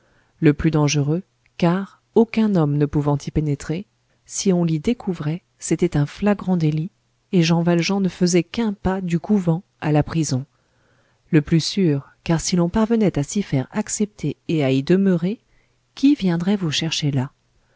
le plus dangereux car aucun homme ne pouvant y pénétrer si on l'y découvrait c'était un flagrant délit et jean valjean ne faisait qu'un pas du couvent à la prison le plus sûr car si l'on parvenait à s'y faire accepter et à y demeurer qui viendrait vous chercher là